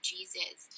Jesus